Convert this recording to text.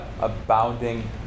abounding